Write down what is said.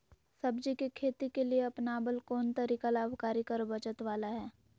सब्जी के खेती के लिए अपनाबल कोन तरीका लाभकारी कर बचत बाला है?